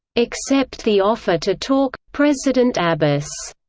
accept the offer to talk, president abbas.